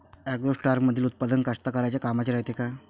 ॲग्रोस्टारमंदील उत्पादन कास्तकाराइच्या कामाचे रायते का?